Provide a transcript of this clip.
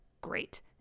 Great